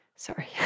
sorry